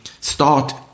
start